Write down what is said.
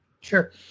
Sure